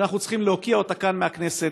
שאנחנו צריכים להוקיע אותה כאן מהכנסת.